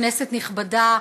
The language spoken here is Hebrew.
כנסת נכבדה,